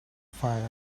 fire